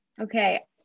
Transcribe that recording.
okay